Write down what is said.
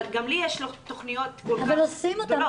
אבל גם לי יש תכניות --- אבל עושים אותן.